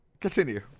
Continue